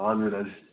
हजुर हजुर